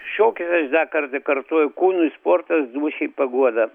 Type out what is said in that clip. šokis aš dar kartą kartoju kūnui sportas dūšiai paguoda